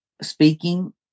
speaking